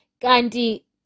gandhi